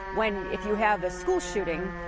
when you have a school shooting,